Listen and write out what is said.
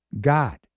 God